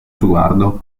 sguardo